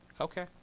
Okay